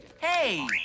Hey